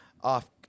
off